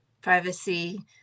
Privacy